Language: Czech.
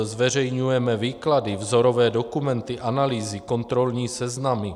Zveřejňujeme výklady, vzorové dokumenty, analýzy, kontrolní seznamy.